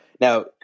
Now